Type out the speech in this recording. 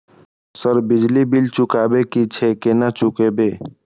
Sir बिजली bill चुकाबे की छे केना चुकेबे?